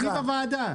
אני בוועדה,